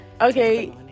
Okay